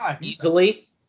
easily